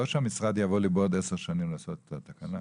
לא שהמשרד יבוא לי עוד עשר שנים לעשות את התקנה.